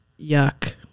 yuck